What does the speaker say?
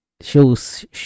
shows